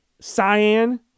cyan